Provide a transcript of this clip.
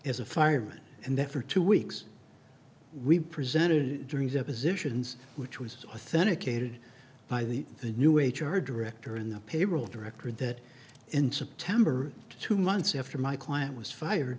as a fireman and that for two weeks we presented during depositions which was authentic aided by the the new h r director and the payroll director that in september two months after my client was fired